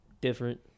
Different